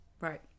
Right